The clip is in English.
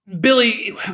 Billy